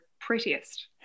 prettiest